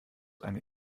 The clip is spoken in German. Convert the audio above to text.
eine